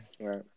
right